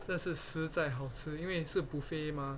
这是实在好吃因为是 buffet 吗